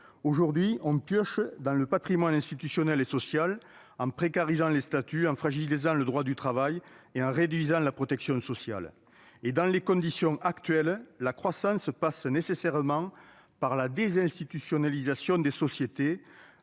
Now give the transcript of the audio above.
Aujourd'hui, on pioche dans le patrimoine institutionnel et social en précarisant les statuts, en fragilisant le droit du travail et en réduisant la protection sociale. « Et dans les conditions actuelles, la croissance passe nécessairement par la désinstitutionalisation des sociétés